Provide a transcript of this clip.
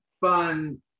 fun